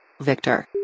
Victor